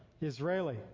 Israeli